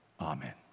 Amen